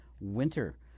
winter